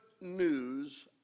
news